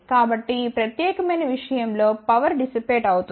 కాబట్టి ఈ ప్రత్యేకమైన విషయం లో పవర్ డిస్సిప్పెట్ అవుతుంది